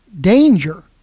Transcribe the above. danger